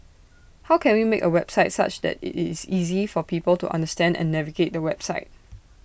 how can we make A website such that IT is easy for people to understand and navigate the website